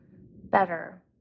better